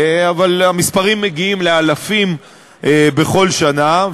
אבל המספרים מגיעים לאלפים בכל שנה,